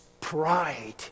Pride